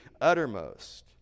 uttermost